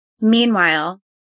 Meanwhile